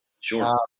Sure